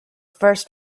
first